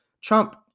Trump